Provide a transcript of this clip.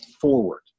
forward